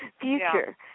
future